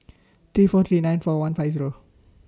three four three nine four one five Zero